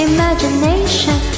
Imagination